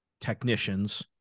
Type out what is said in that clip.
technicians